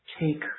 take